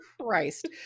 Christ